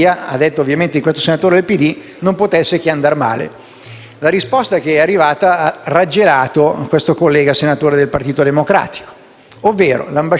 La risposta che è arrivata ha raggelato il collega senatore del Partito Democratico, perché l'ambasciatore ha dichiarato placidamente: guardate i vostri numeri,